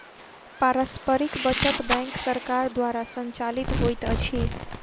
पारस्परिक बचत बैंक सरकार द्वारा संचालित होइत अछि